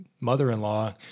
mother-in-law